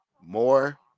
more